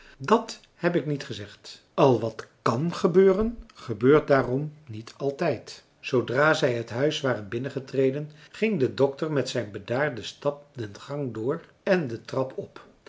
dat heb ik niet gezegd al wat kan gebeuren gebeurt daarom niet altijd zoodra zij het huis waren binnengetreden ging de dokter met zijn bedaarden stap den gang door en de trap op